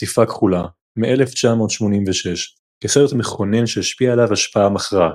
קטיפה כחולה מ-1986 כסרט מכונן שהשפיע עליו השפעה מכרעת.